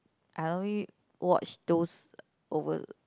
I only watch those over